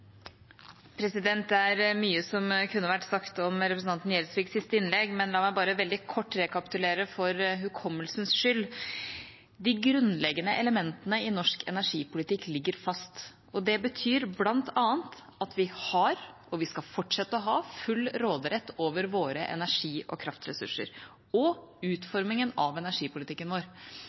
mye som kunne vært sagt om representanten Gjelsviks siste innlegg, men la meg bare veldig kort rekapitulere for hukommelsens skyld. De grunnleggende elementene i norsk energipolitikk ligger fast, og det betyr bl.a. at vi har og skal fortsette å ha full råderett over våre energi- og kraftressurser og utformingen av energipolitikken vår.